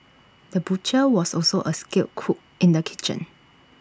the butcher was also A skilled cook in the kitchen